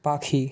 পাখি